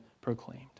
proclaimed